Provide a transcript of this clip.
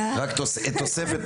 רק תוספת.